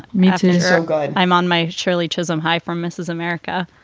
martin is so good. i'm on my shirley chisholm high for mrs. america.